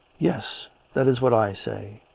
yes, that is what i say.